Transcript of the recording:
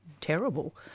terrible